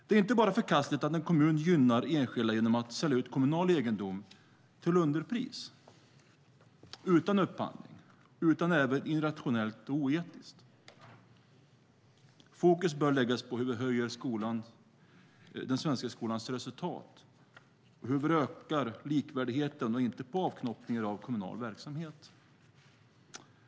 Det är inte bara förkastligt att en kommun gynnar enskilda genom att sälja ut kommunal egendom till underpris utan upphandling utan även irrationellt och oetiskt. Fokus bör läggas på hur vi höjer den svenska skolans resultat och hur vi ökar likvärdigheten och inte på avknoppningar av kommunal verksamhet.